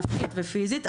נפשית ופיזית,